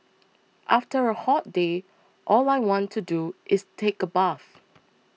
after a hot day all I want to do is take a bath